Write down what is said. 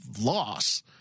loss